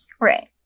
Right